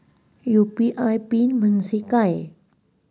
UPI PIN म्हणजे काय?